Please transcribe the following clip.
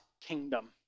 kingdom